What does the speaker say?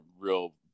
real